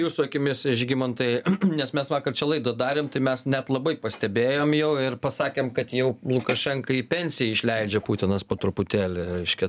jūsų akimis žygimantai nes mes vakar čia laidą darėm tai mes net labai pastebėjom jau ir pasakėm kad jau lukašenką į pensiją išleidžia putinas po truputėlį reiškia